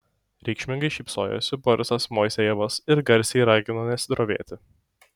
reikšmingai šypsojosi borisas moisejevas ir garsiai ragino nesidrovėti